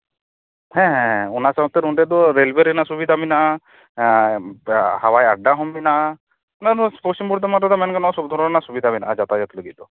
ᱦᱮᱸ ᱦᱮᱸ ᱚᱱᱟ ᱟᱶᱛᱮ ᱱᱚᱸᱰᱮ ᱫᱚ ᱨᱮᱞᱚᱭᱮ ᱨᱮᱱᱟᱜ ᱥᱩᱵᱤᱫᱟ ᱢᱮᱱᱟᱜᱼᱟ ᱦᱟᱣᱟᱭ ᱟᱰᱰᱟ ᱦᱚᱸ ᱢᱮᱱᱟᱜᱼᱟ ᱚᱱᱟ ᱫᱚ ᱯᱚᱥᱪᱤᱢ ᱵᱚᱨᱫᱷᱚᱢᱟᱱ ᱨᱮᱫᱚ ᱢᱮᱱ ᱜᱟᱱᱚᱜᱼᱟ ᱥᱚᱵᱽ ᱫᱷᱚᱨᱚᱱ ᱨᱮᱱᱟᱜ ᱥᱩᱵᱤᱫᱟ ᱢᱮᱱᱟᱜᱼᱟ ᱡᱟᱛᱟᱭᱟᱛ ᱞᱟᱹᱜᱤᱫ